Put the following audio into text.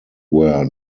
where